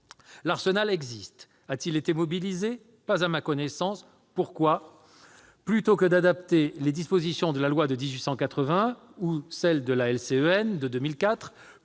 L'arsenal existe donc. A-t-il été mobilisé ? Pas à ma connaissance. Pourquoi ? Plutôt que d'adapter les dispositions de la loi de 1881 ou celles de la loi pour